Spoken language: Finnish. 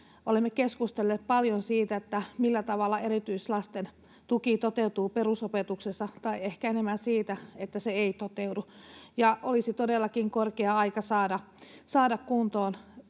Olemme keskustelleet paljon siitä, millä tavalla erityislasten tuki toteutuu perusopetuksessa, tai ehkä enemmän siitä, että se ei toteudu. Olisi todellakin korkea aika saada kuntoon